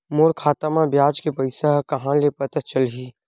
मोर खाता म ब्याज के पईसा ह कहां ले पता चलही?